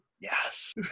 Yes